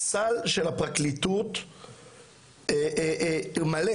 הסל של הפרקליטות מלא,